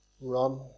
run